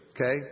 okay